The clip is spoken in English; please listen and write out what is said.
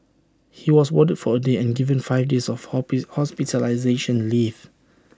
he was warded for A day and given five days of host hospitalisation leave